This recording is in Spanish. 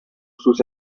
sus